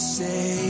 say